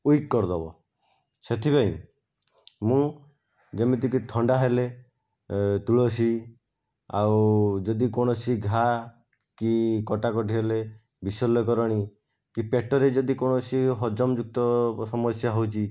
weak କରିଦେବ ସେଥିପାଇଁ ମୁଁ ଯେମିତିକି ଥଣ୍ଡା ହେଲେ ତୁଳସୀ ଆଉ ଯଦି କୌଣସି ଘାଆ କି କଟାକଟି ହେଲେ ବିଶଲ୍ୟକରଣୀ କି ପେଟରେ ଯଦି କୌଣସି ହଜମ ଯୁକ୍ତ ସମସ୍ୟା ହେଉଛି